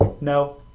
No